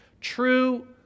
True